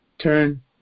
Turn